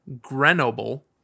Grenoble